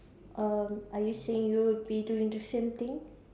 um are you saying you will be doing the same thing